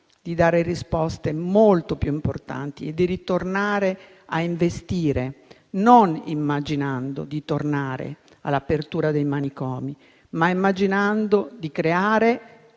di dare risposte molto più importanti e di ritornare a investire, immaginando non di tornare all'apertura dei manicomi, ma di creare